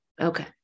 Okay